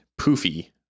poofy